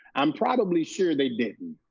i'm probably sure they didn't.